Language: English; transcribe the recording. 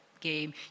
game